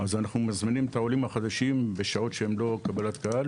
אנחנו מזמינים את העולים החדשים בזמנים שהם לא קבלת קהל